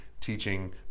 teaching